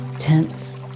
Tense